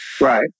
Right